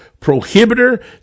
prohibitor